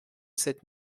sept